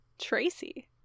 tracy